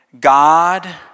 God